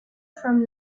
from